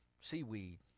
seaweed